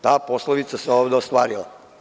Ta poslovica se ovde ostvarila.